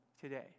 today